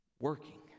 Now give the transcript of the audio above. working